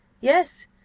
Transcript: Yes